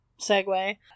segue